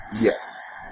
Yes